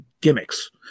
gimmicks